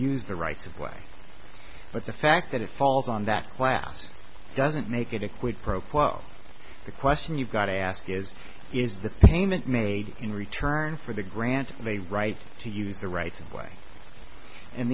use the rights of way but the fact that it falls on that class doesn't make it a quid pro quo the question you've got to ask is is the payment made in return for the grant of a right to use the rights of way and